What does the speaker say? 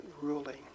ruling